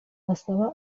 asaba